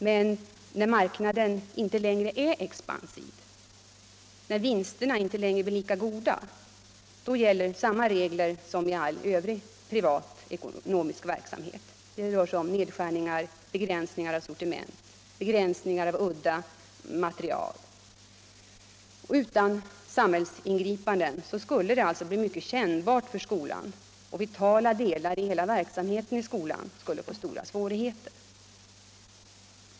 Men när marknaden inte längre är expansiv, när vinsterna inte längre blir lika goda, gäller samma regler som i all övrig privat ekonomisk verksamhet; det rör sig om nedskärningar, be gränsningar av sortiment, begränsningar av udda material. Utan samhälleliga ingripanden skulle detta alltså bli mycket kännbart för skolan, och vitala delar i hela skolans verksamhet skulle få stora svårigheter.